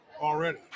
already